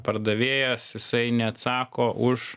pardavėjas jisai neatsako už